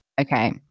Okay